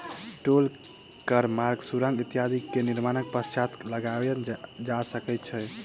टोल कर मार्ग, सुरंग इत्यादि के निर्माणक पश्चात लगायल जा सकै छै